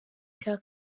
cya